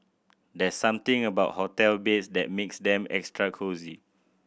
there's something about hotel beds that makes them extra cosy